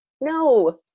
No